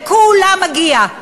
לכולם מגיע.